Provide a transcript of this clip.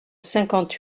cinquante